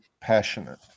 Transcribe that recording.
passionate